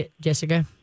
Jessica